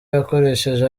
yakoresheje